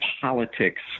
politics